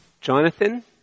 Jonathan